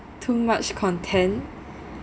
too much content